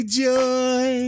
joy